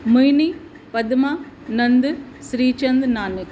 Mohini Padma Nand Shrichand Nanak